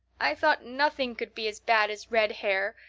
i thought nothing could be as bad as red hair.